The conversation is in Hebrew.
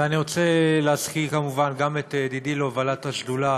ואני רוצה להזכיר כמובן גם את ידידי להובלת השדולה